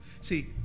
see